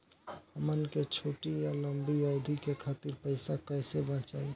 हमन के छोटी या लंबी अवधि के खातिर पैसा कैसे बचाइब?